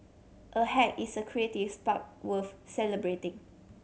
a hack is a creative spark worth celebrating